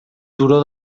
turó